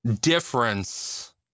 difference